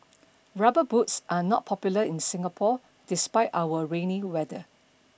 rubber boots are not popular in Singapore despite our rainy weather